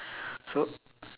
so